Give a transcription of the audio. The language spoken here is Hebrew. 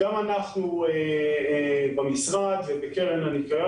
אנחנו במשרד ובקרן הניקיון